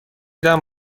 دهم